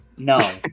No